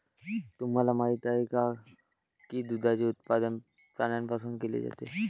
तुम्हाला माहित आहे का की दुधाचे उत्पादन प्राण्यांपासून केले जाते?